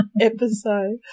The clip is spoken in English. episode